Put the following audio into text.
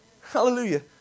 Hallelujah